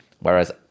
Whereas